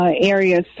areas